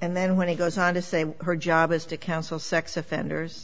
and then when he goes on to say her job is to counsel sex offenders